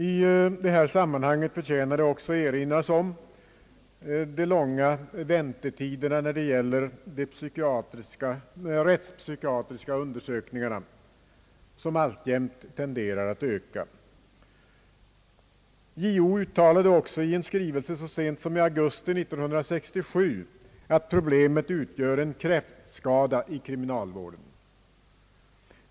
I detta sammanhang förtjänar det också erinras om de långa väntetiderna i samband med rättspsykiatriska undersökningar, tider som alltjämt tenderar att öka. JO uttalade i en skrivelse så sent som i augusti 1967, att problemet utgör en kräftskada i kriminalvården.